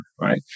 right